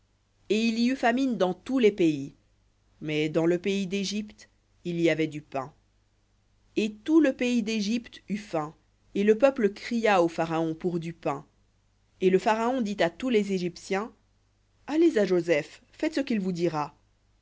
et il y eut famine dans tous les pays mais dans tout le pays d'égypte il y avait du pain et tout le pays d'égypte eut faim et le peuple cria au pharaon pour du pain et le pharaon dit à tous les égyptiens allez à joseph faites ce qu'il vous dira